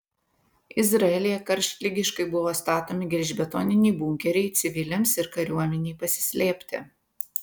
izraelyje karštligiškai buvo statomi gelžbetoniniai bunkeriai civiliams ir kariuomenei pasislėpti